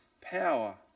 power